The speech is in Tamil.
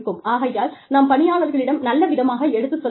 ஆகையால் நாம் பணியாளர்களிடம் நல்ல விதமாக எடுத்துச் சொல்ல வேண்டும்